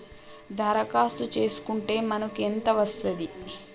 దరఖాస్తు చేస్కుంటే మనకి ఎంత వస్తాయి?